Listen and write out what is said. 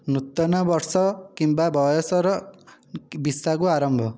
ନୂତନ ବର୍ଷ କିମ୍ବା ବୟସର ବ୍ୱିସାଗୁ ଆରମ୍ଭ